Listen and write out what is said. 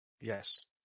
Yes